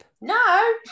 no